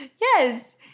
Yes